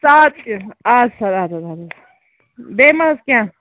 سادٕ تہِ اَد حظ اَدٕ حظ اَدٕ حظ بیٚیہِ ما حظ کیٚنٛہہ